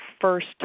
first